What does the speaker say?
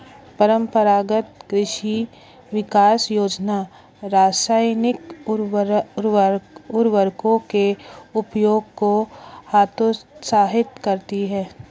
परम्परागत कृषि विकास योजना रासायनिक उर्वरकों के उपयोग को हतोत्साहित करती है